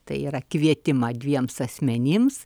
tai yra kvietimą dviems asmenims